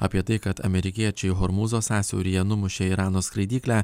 apie tai kad amerikiečiai hormūzo sąsiauryje numušė irano skraidyklę